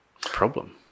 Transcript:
problem